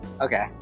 Okay